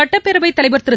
சுட்டப்பேரவைத் தலைவர் திரு